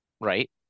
right